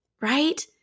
Right